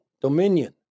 dominion